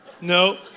No